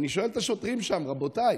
ואני שואל את השוטרים שם: רבותיי,